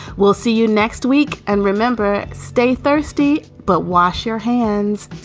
we'll see you next week. and remember, stay thirsty, but wash your hands.